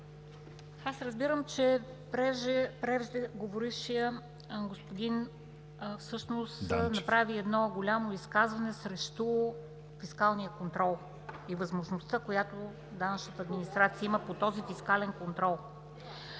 Разбирам, че преждеговорившият господин всъщност направи голямо изказване срещу фискалния контрол и възможността, която данъчната администрация има по него.